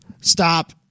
stop